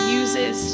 uses